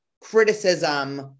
criticism